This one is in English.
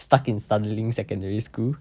stuck in tanglin secondary school